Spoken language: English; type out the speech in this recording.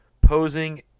posing